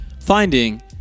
finding